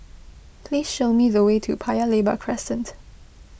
please show me the way to Paya Lebar Crescent